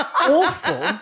awful